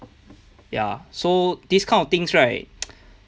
ya so these kind of things right